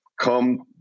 come